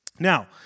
Now